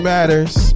Matters